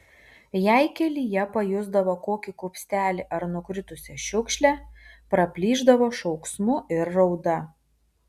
jei kelyje pajusdavo kokį kupstelį ar nukritusią šiukšlę praplyšdavo šauksmu ir rauda